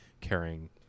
carrying